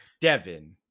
Devin